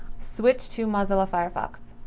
switch to mozilla firefox.